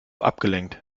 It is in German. abgelenkt